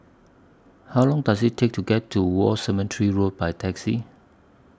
How Long Does IT Take to get to War Cemetery Road By Taxi